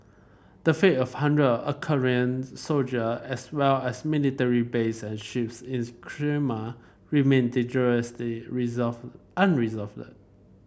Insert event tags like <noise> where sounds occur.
the fate of hundred Ukrainian soldier as well as military base and ships in <unintelligible> Crimea remain dangerously resolved unresolved